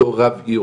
אותו רב עיר,